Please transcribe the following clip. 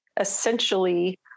essentially